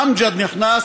אמג'ד נכנס,